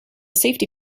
safety